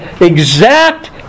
exact